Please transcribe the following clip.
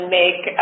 make